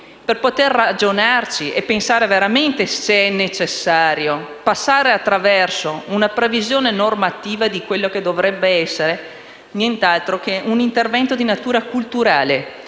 per ragionare se sia veramente necessario far passare attraverso una previsione normativa quello che dovrebbe essere nient'altro che un intervento di natura culturale.